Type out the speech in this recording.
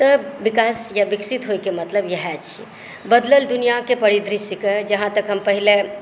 तऽ विकास या विकसित होएकेँ मतलब याहे छै बदलल दूनियांकेँ परिदृश्यकेँ जँ अहाँ तक हम पहिले